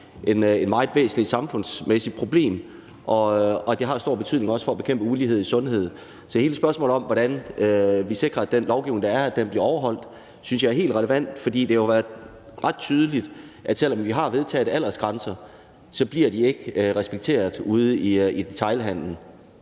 blevet nævnt af tidligere ordførere. Og det har stor betydning for, at vi kan bekæmpe ulighed i sundhed. Så hele spørgsmålet om, hvordan vi sikrer, at den lovgivning, der er, bliver overholdt, synes jeg er helt relevant. For det har jo været ret tydeligt, at selv om vi har vedtaget aldersgrænser, bliver de ikke respekteret ude i detailhandelen,